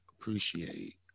appreciate